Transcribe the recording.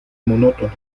monótono